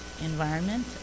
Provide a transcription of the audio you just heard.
environment